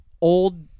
old